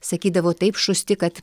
sakydavo taip šusti kad